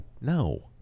No